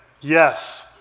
yes